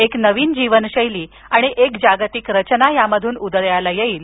एक नवीन जीवनशैली आणि जागतिक रचना यामधून उदयाला येईल